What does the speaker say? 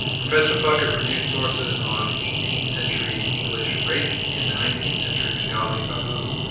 professor puckett reviewed sources on eighteenth century english reiki and the nineteenth century bengali babu,